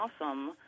awesome